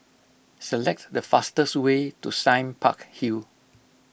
select the fastest way to Sime Park Hill